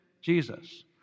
Jesus